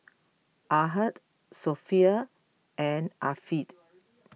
Ahad Sofea and Afiq